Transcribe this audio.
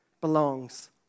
belongs